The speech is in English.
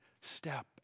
step